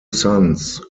sons